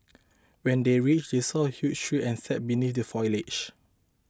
when they reached they saw a huge tree and sat beneath the foliage